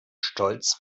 stolz